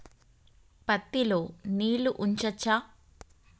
పత్తి లో నీళ్లు ఉంచచ్చా?